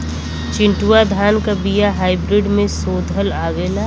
चिन्टूवा धान क बिया हाइब्रिड में शोधल आवेला?